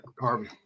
Harvey